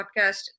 podcast